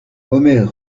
omer